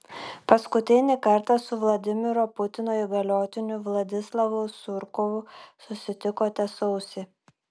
paskutinį kartą su vladimiro putino įgaliotiniu vladislavu surkovu susitikote sausį